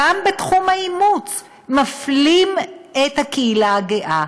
גם בתחום האימוץ מפלים את הקהילה הגאה.